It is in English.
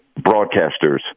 broadcasters